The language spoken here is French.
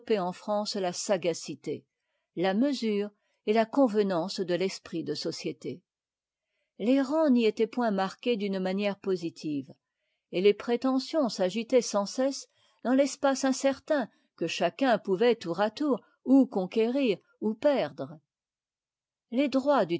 en france la sagacité la mesure et la convenance de t'esprit de société les rangs n'y étaient point marqués d'une manière positive et les prétentions s'agitaient sans cesse dans l'espace incertain que chacun pouvait tour à tour ou conquérir ou perdre les droits